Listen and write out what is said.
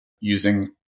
using